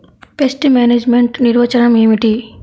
Pest management నిర్వచనం ఏమిటి?